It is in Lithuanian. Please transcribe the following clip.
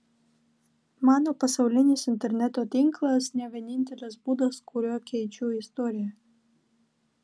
mano pasaulinis interneto tinklas ne vienintelis būdas kuriuo keičiu istoriją